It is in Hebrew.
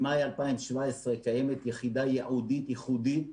ממאי 2017 קיימת יחידה ייעודית, ייחודית,